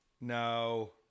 No